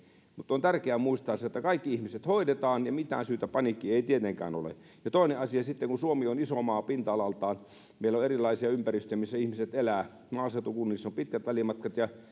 mutta on tärkeää muistaa se että kaikki ihmiset hoidetaan ja mitään syytä paniikkiin ei tietenkään ole ja toinen asia sitten suomi on iso maa pinta alaltaan meillä on erilaisia ympäristöjä missä ihmiset elävät maaseutukunnissa on pitkät välimatkat ja